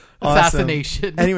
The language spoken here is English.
Assassination